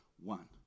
one